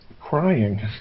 crying